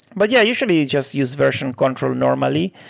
but yeah, usually you just use version control normally.